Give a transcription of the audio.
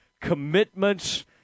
commitments